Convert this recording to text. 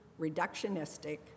reductionistic